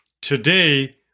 today